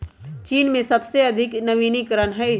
चीन में सबसे अधिक वनीकरण हई